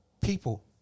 people